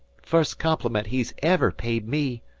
fust compliment he's ever paid me,